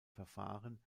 verfahren